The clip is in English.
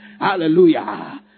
Hallelujah